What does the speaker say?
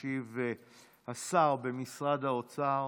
ישיב השר במשרד האוצר